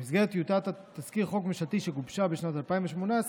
במסגרת טיוטת תזכיר חוק ממשלתי שגובשה בשנת 2018,